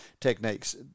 techniques